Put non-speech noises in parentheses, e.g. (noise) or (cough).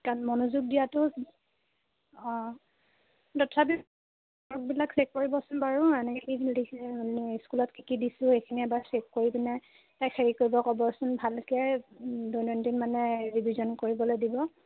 কাৰণ মনোযোগ দিয়াটো অঁ তথাপি বিলাক চেক কৰিবচোন বাৰু এনেকৈ (unintelligible) স্কুলত কি কি দিছোঁ সেইখিনি এবাৰ চেক কৰি পিনে তাক হেৰি কৰিব ক'বচোন ভালকৈ দৈনন্দিন মানে ৰিভিজন কৰিবলৈ দিব